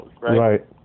right